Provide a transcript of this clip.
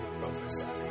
prophesy